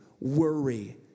worry